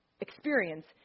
experience